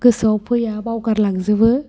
गोसोआव फैया बावगारलांजोबो